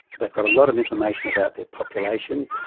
they've got a lot of information about their population,